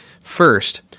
first